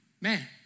man